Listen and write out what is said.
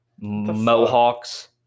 mohawks